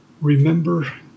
remember